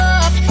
up